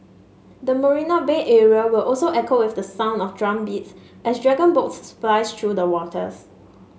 the Marina Bay area will also echo with the sound of drumbeats as dragon boats splice through the waters